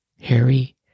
Harry